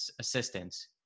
assistance